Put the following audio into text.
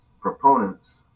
proponents